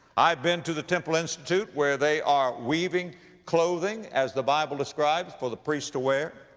i have been to the temple institute where they are weaving clothing as the bible describes for the priests to wear.